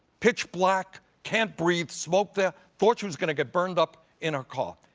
pitch black, can't breathe, smoke there, thought she was going to get burned up in her car.